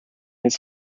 his